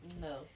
No